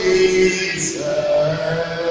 Jesus